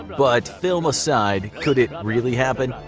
but film aside, could it really happen?